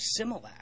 Similac